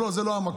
לא, זה לא המקום.